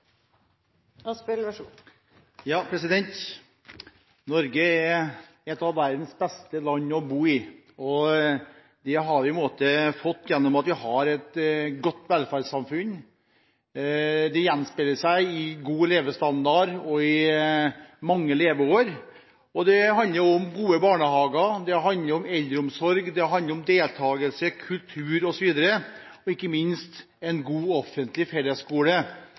et av verdens beste land å bo i, og det har vi fått gjennom at vi har et godt velferdssamfunn, det gjenspeiler seg i god levestandard og i mange leveår. Det handler om gode barnehager, det handler om eldreomsorg, det handler om deltagelse, kultur osv., og ikke minst handler det om en god offentlig fellesskole